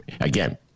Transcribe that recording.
Again